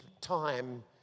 time